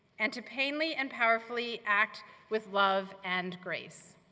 and to plainly and powerfully act with love and grace.